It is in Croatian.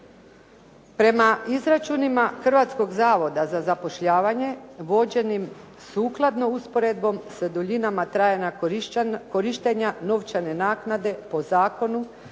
Prema izračunima Hrvatskog zavoda za zapošljavanje vođenim sukladno usporedbom sa duljinama trajanja korištenja novčane naknade po zakonu